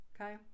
Okay